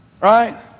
Right